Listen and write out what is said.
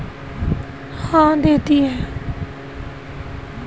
regulation से company उपभोक्ता को उचित सुरक्षा देती है